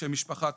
שם משפחה,